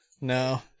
No